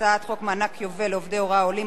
הצעת חוק מענק יובל לעובדי הוראה עולים,